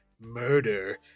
murder